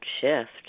shift